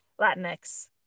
latinx